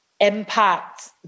impact